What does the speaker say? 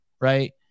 right